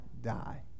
die